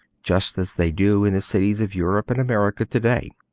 just as they do in the cities of europe and america to-day.